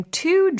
two